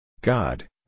God